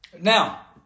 Now